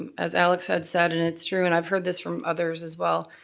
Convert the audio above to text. and as alex had said, and it's true, and i've heard this from others as well.